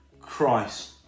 Christ